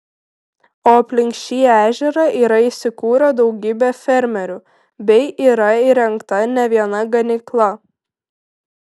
o alpink šį ežerą yra įsikūrę daugybę fermerių bei yra įrengta ne viena ganykla